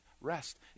rest